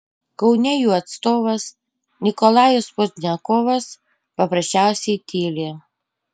kaune jų atstovas nikolajus pozdniakovas paprasčiausiai tyli